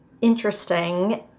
interesting